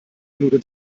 minute